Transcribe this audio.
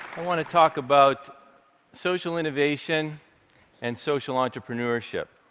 i want to talk about social innovation and social entrepreneurship.